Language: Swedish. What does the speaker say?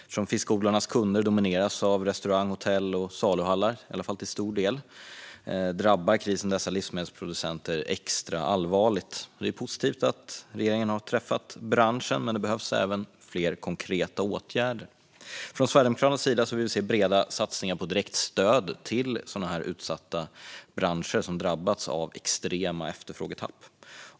Eftersom fiskodlarnas kunder till stor del domineras av restauranger, hotell och saluhallar drabbar krisen dessa livsmedelsproducenter extra allvarligt. Det är positivt att regeringen har träffat branschen, men det behövs även fler konkreta åtgärder. Från Sverigedemokraternas sida vill vi se breda satsningar på direktstöd till sådana här utsatta branscher som har drabbats av extrema efterfrågetapp.